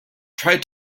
tried